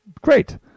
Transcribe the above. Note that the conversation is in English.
great